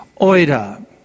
oida